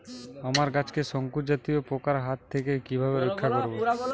আমার গাছকে শঙ্কু জাতীয় পোকার হাত থেকে কিভাবে রক্ষা করব?